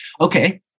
okay